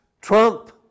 trump